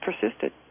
persisted